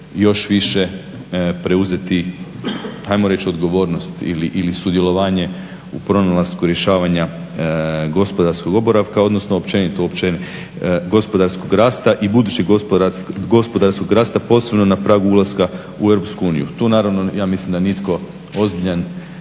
još više preuzeti, ajmo reć odgovornost ili sudjelovanje u pronalasku rješavanja gospodarskog oporavka odnosno općenito opće gospodarskog rasta i budućih gospodarskog rasta posebno na pragu ulaska u EU. Tu naravno, ja mislim da nitko ozbiljan